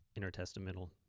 intertestamental